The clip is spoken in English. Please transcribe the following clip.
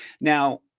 Now